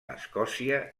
escòcia